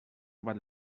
robat